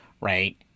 right